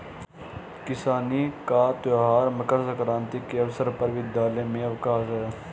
किसानी का त्यौहार मकर सक्रांति के अवसर पर विद्यालय में अवकाश है